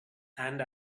and